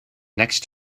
next